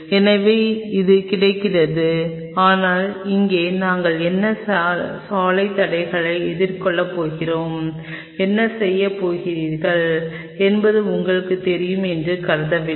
எனவே இது கிடைக்கிறது ஆனால் இங்கே நீங்கள் என்ன ஒரு சாலைத் தடையை எதிர்கொள்ளப் போகிறீர்கள் என்ன செய்யப் போகிறீர்கள் என்பது உங்களுக்குத் தெரியும் என்று கருதவில்லை